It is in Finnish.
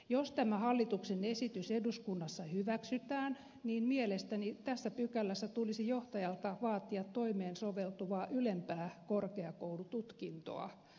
jos tämä hallituksen esitys eduskunnassa hyväksytään mielestäni tässä pykälässä tulisi johtajalta vaatia toimeen soveltuvaa ylempää korkeakoulututkintoa